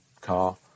car